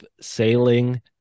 sailing